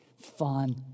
fun